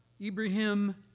Ibrahim